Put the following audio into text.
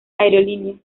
aerolínea